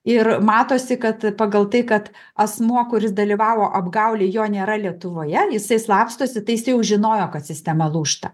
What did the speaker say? ir matosi kad pagal tai kad asmuo kuris dalyvavo apgaulėj jo nėra lietuvoje jisai slapstosi tai jisai jau žinojo kad sistema lūžta